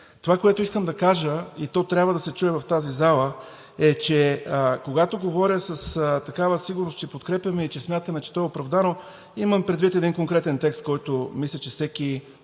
Това, което искам да кажа, и то трябва да се чуе в тази зала, е, че когато говоря с такава сигурност, че подкрепяме и смятаме, че то е оправдано, имам предвид един конкретен текст, който, мисля, че всеки